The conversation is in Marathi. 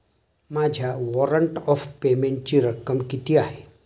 माझ्या वॉरंट ऑफ पेमेंटची रक्कम किती आहे?